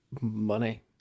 money